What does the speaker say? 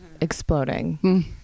exploding